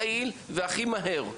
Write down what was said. הכי יעיל והכי מהיר.